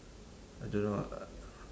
I don't know ah